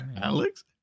Alex